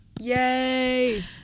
Yay